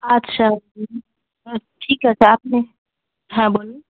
আচ্ছা আ ঠিক আছে আপনি হ্যাঁ বলুন